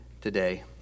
today